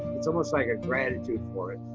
it's almost like a gratitude for it.